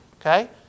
okay